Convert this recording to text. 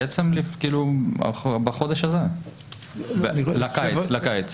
בחודש הזה, לקיץ.